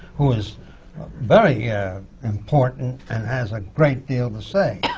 who is very important and has a great deal to say.